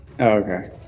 okay